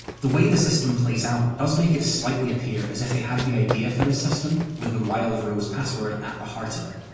the way the system plays out does make it slightly appear as if they had the idea for this system with the wild rose password at the heart of it,